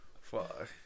Fuck